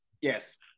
Yes